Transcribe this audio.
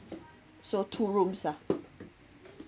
so two rooms ah